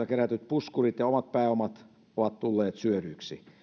kerätyt puskurit ja omat pääomat ovat tulleet syödyiksi